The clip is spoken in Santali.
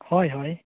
ᱦᱳᱭ ᱦᱳᱭ